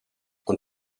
und